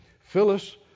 Phyllis